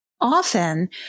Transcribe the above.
often